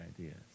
ideas